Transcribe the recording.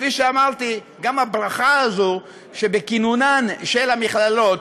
כפי שאמרתי, גם הברכה הזאת שבכינונן של המכללות